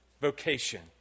vocation